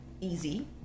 easy